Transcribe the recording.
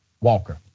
Walker